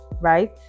right